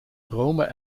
rome